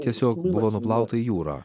tiesiog buvo nuplauta į jūrą